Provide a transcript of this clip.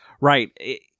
Right